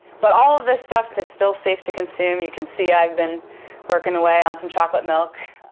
but all of this stuff is still safe to consume. you can see i've been working away on some chocolate milk.